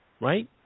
right